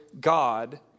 God